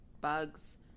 bugs